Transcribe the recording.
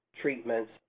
treatments